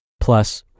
plus